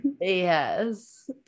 yes